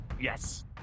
yes